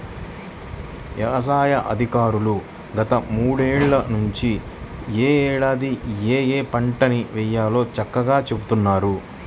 యవసాయ అధికారులు గత మూడేళ్ళ నుంచి యే ఏడాది ఏయే పంటల్ని వేయాలో చక్కంగా చెబుతున్నారు